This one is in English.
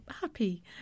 Happy